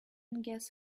gas